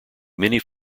many